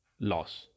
loss